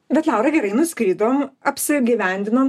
bet laura gerai nuskridom apsigyvendinom